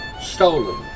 stolen